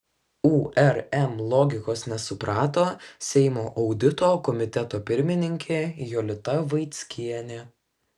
urm logikos nesuprato seimo audito komiteto pirmininkė jolita vaickienė